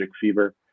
fever